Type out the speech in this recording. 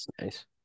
nice